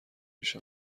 پیش